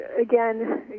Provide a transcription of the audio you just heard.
again